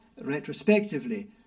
retrospectively